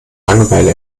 langeweile